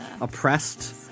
oppressed